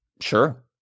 sure